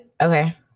Okay